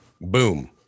Boom